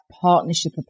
partnership